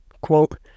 Quote